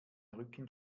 rücken